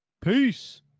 Peace